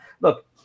look